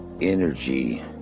energy